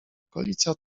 okolica